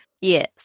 Yes